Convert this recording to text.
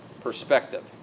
perspective